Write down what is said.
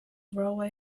railway